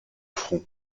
front